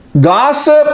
gossip